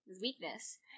weakness